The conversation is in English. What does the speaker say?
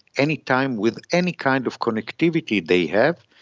anytime with any kind of connectivity they have.